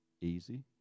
easy